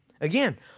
Again